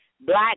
black